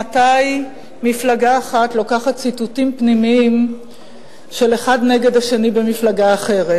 מתי מפלגה אחת לוקחת ציטוטים פנימיים של אחד נגד השני במפלגה אחרת.